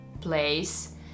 place